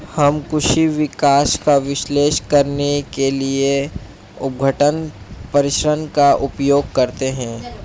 हम कृषि विकास का विश्लेषण करने के लिए अपघटन परीक्षण का उपयोग करते हैं